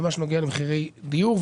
במה שנוגע למחירי דיור,